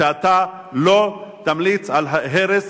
שאתה לא תמליץ על הרס